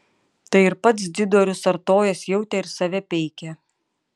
tai ir pats dzidorius artojas jautė ir save peikė